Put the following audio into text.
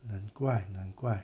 难怪难怪